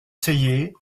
sellier